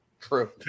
true